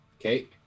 Okay